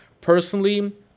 Personally